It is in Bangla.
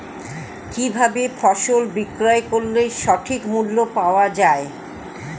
কি ভাবে ফসল বিক্রয় করলে সঠিক মূল্য পাওয়া য়ায়?